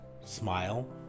smile